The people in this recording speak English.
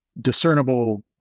discernible